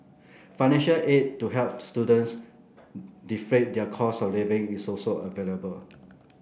financial aid to help students defray their costs of living is also available